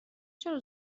چرا